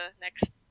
next